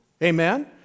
Amen